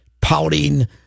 pouting